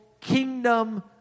kingdom